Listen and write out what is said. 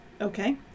Okay